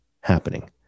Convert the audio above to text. happening